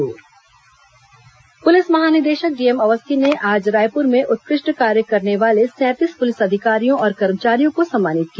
police सम्मान police महानिदेशक DM Awasthi ने आज रायपुर में उत्कृष्ट कार्य करने वाले सैंतीस पुलिस अधिकारियों और कर्मचारियों को सम्मानित किया